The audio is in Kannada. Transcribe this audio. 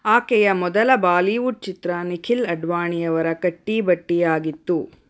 ಆಕೆಯ ಮೊದಲ ಬಾಲೀವುಡ್ ಚಿತ್ರ ನಿಖಿಲ್ ಅಡ್ವಾಣಿಯವರ ಕಟ್ಟಿ ಬಟ್ಟಿ ಆಗಿತ್ತು